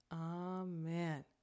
Amen